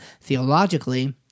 theologically